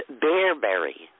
Bearberry